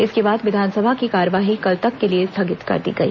इसके बाद विधानसभा की कार्यवाही कल तक के लिए स्थगित कर दी गई